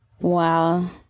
wow